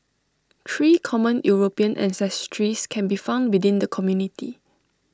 three common european ancestries can be found within the community